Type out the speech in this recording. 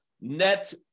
net